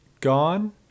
gone